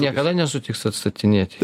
niekada nesutiks atstatinėti